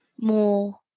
more